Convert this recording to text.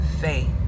faith